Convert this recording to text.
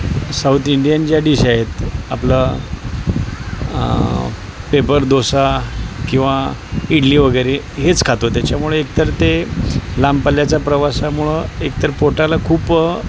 south Indian ज्या dish आहेत आपलं पेपर डोसा किंवा इडली वगैरे हेच खातो त्याच्यामुळे एकतर ते लांब पल्ल्याचा प्रवासामुळं एक तर पोटाला खूप